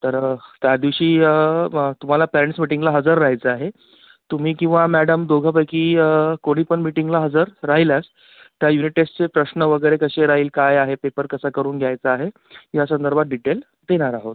तर त्यादिवशी तुम्हाला पॅरेंट्स मिटिंगला हजर राहायचं आहे तुम्ही किंवा मॅडम दोघंपैकी कोणी पण मिटिंगला हजर राहिल्यास त्या युनिट टेस्टचे प्रश्न वगैरे कसे राहील काय आहे पेपर कसा करून घ्यायचा आहे या संदर्भात डिटेल देणार आहोत